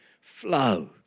flow